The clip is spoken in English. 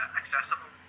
accessible